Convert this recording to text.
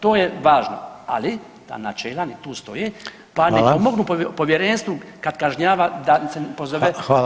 To je važno, ali ta načela nek tu stoje, pa nek pomognu povjerenstvu kad kažnjava da se pozove…